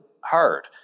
hard